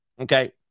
Okay